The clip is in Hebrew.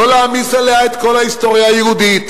לא להעמיס עליה את כל ההיסטוריה היהודית,